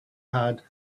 had